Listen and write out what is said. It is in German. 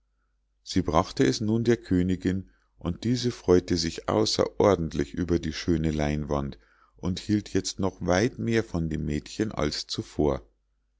sie brachte es nun der königinn und diese freu'te sich außerordentlich über die schöne leinwand und hielt jetzt noch weit mehr von dem mädchen als zuvor